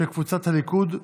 של קבוצת הליכוד,